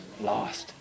Lost